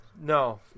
No